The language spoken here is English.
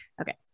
okay